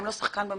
הם לא שחקן במשחק.